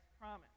promise